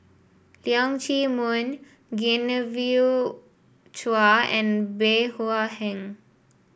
Leong Chee Mun Genevieve Chua and Bey Hua Heng